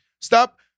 Stop